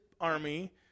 army